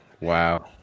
wow